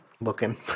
looking